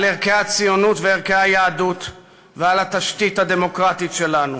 על ערכי הציונות וערכי היהדות ועל התשתית הדמוקרטית שלנו.